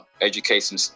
education